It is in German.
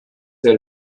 der